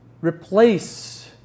replace